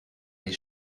des